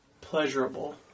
pleasurable